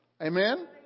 Amen